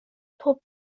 pob